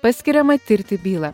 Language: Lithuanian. paskiriama tirti bylą